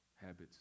habits